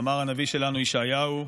אמר הנביא שלנו ישעיהו.